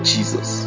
Jesus